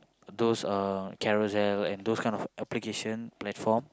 those uh Carousell and those kind of application platform